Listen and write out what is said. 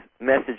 message